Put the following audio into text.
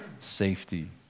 safety